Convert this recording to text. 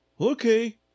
okay